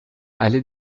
allée